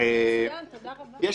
לפני הפרטים,